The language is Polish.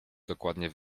dokładnie